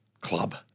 club